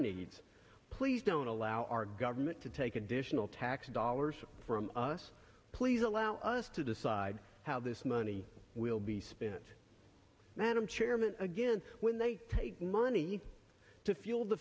needs please don't allow our government to take additional tax dollars from us please allow us to decide how this money will be spent madam chairman again when they take money to fuel the